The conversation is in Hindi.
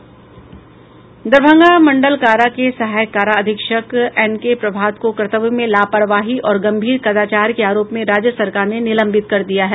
दरभंगा मंडल कारा के सहायक कारा अधीक्षक एन के प्रभात को कर्तव्य में लापरवाही और गंभीर कदाचार के आरोप में राज्य सरकार ने निलंबित कर दिया है